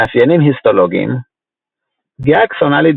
מאפיינים היסטולוגיים פגיעה אקסונאלית